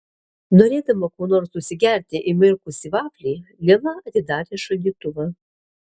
norėdama kuo nors užsigerti įmirkusį vaflį lila atidarė šaldytuvą